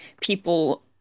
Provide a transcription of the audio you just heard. people